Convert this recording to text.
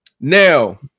Now